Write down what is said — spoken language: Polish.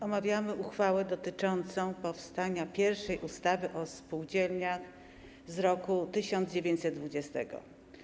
Omawiamy uchwałę dotyczącą powstania pierwszej ustawy o spółdzielniach z roku 1920.